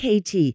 KT